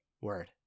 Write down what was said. Word